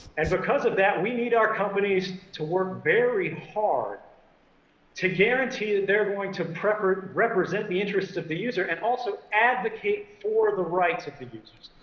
and because of that, we need our companies to work very hard to guarantee that they're going to represent the interests of the user, and also advocate for the rights of the users.